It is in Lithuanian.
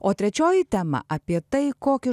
o trečioji tema apie tai kokį